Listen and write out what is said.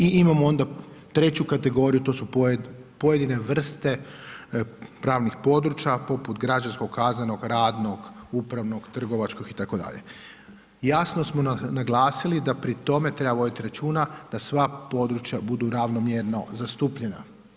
I imamo onda treću kategorije, to su pojedine vrste pravnih područja, poput građanskog kaznenog, radnog, upravnog, trgovačkog itd. jasno smo glasili da pri tome treba voditi računa da sva područja budu ravnomjerno zastupljena.